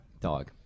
dog